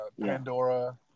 Pandora